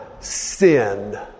Sin